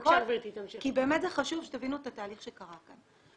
לכול כי באמת זה חשוב שתבינו את התהליך שקרה כאן.